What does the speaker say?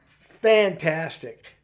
Fantastic